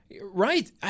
Right